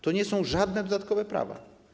To nie są żadne dodatkowe prawa.